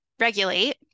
regulate